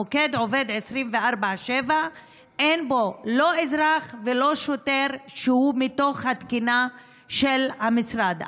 המוקד עובד 24/7. אין בו לא אזרח ולא שוטר שהוא מתוך התקינה של המשרד.